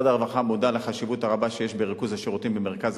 משרד הרווחה מודע לחשיבות הרבה שיש בריכוז השירותים במרכז